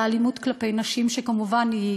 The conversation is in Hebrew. על האלימות כלפי נשים, שכמובן, היא